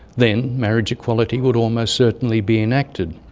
then marriage equality would almost certainly be enacted.